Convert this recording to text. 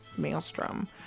Maelstrom